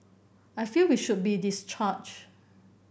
I feel we should be discharged